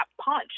punch